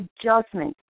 adjustment